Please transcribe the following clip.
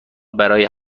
برای